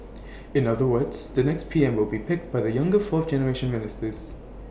in other words the next P M will be picked by the younger fourth generation ministers